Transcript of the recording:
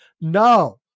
No